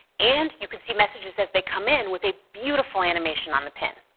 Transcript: and you can see messages as they come in with a beautiful animation on the pin.